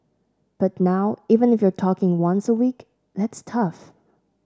but now even if you're talking once a week that's tough